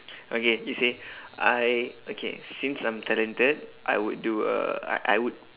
okay you see I okay since I'm talented I would do a I I would